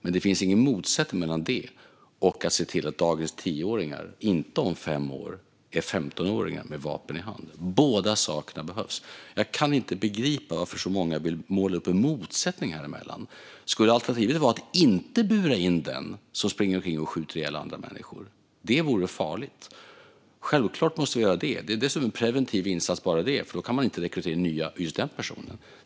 Men det finns ingen motsättning mellan det och att se till att dagens 10-åringar inte om fem år är 15-åringar med vapen i hand. Båda sakerna behövs. Jag kan inte begripa varför så många vill måla upp en motsättning häremellan. Skulle alternativet vara att inte bura in den som springer omkring och skjuter ihjäl andra människor? Det vore farligt. Självklart måste vi göra det. Det är en dessutom en preventiv insats, bara det, för då kan just den personen inte rekrytera nya.